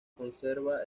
conserva